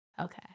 okay